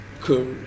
cool